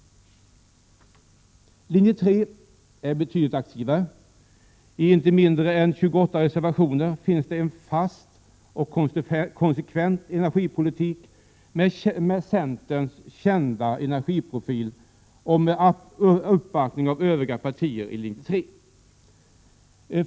Linje 3 är betydligt aktivare. I inte mindre än 28 reservationer läggs det fast en konsekvent energipolitik med centerns välkända energiprofil och med uppbackning av övriga Linje 3-partier.